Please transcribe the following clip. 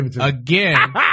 again